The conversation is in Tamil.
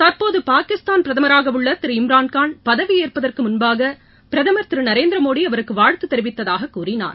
தற்போது பாகிஸ்தான் பிரதமராக உள்ள திரு இம்ரான்கான் பதவியேற்பதற்கு முன்பாக பிரதமர் திரு நரேந்திர மோடி அவருக்கு வாழ்த்து தெரிவித்ததாகவும் கூறினார்